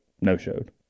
no-showed